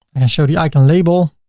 show the icon label.